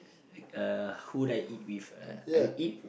uh who do I eat with uh I would eat